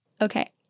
Okay